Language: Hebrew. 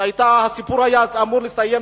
הסיפור היה אמור להסתיים